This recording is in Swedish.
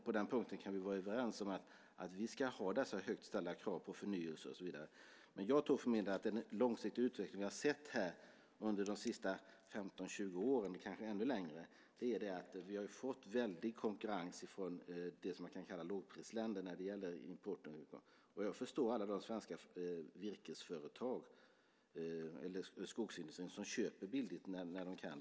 På den punkten kan vi vara överens om att vi ska ha dessa högt ställda krav på förnyelse och så vidare. Den långsiktiga utveckling vi har sett under de senaste 15-20 åren, kanske ännu längre, är att vi har fått konkurrens från det som kan kallas lågprisländer när det gäller importen. Jag förstår alla svenska virkesföretag - skogsindustrin - som köper billigt när de kan.